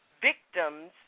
victims